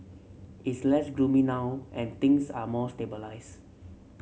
it's less gloomy now and things are more stabilise